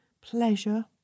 pleasure